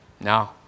No